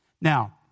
Now